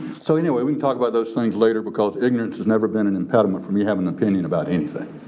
so anyway, we can talk about those things later because ignorance has never been an impediment for me having an opinion about anything.